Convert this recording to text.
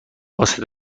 واسه